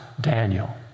Daniel